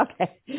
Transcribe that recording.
Okay